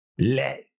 let